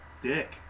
dick